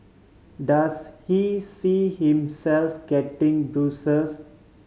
does he see himself getting busier